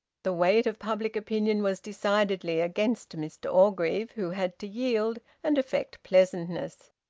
the weight of public opinion was decidedly against mr orgreave, who had to yield and affect pleasantness.